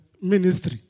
ministry